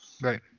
Right